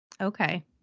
okay